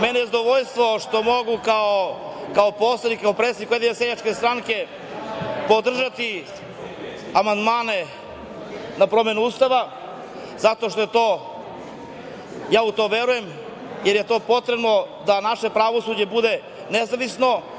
Meni je zadovoljstvo što mogu kao poslanik i kao predsednik Ujedinjene seljačke stranke podržati amandmane na promenu Ustava, zato što ja u to verujem, jer je to potrebno da bi naše pravosuđe bilo nezavisno.